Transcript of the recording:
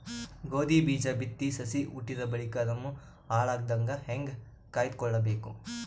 ಗೋಧಿ ಬೀಜ ಬಿತ್ತಿ ಸಸಿ ಹುಟ್ಟಿದ ಬಳಿಕ ಅದನ್ನು ಹಾಳಾಗದಂಗ ಹೇಂಗ ಕಾಯ್ದುಕೊಳಬೇಕು?